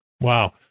Wow